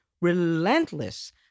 relentless